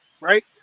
Right